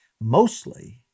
Mostly